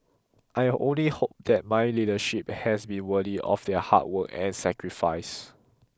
I only hope that my leadership has been worthy of their hard work and sacrifice